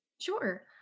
Sure